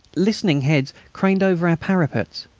listening heads craned over our parapets.